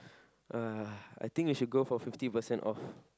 uh I think we should go for fifty percent off